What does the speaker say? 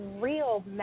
real